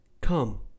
Come